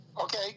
Okay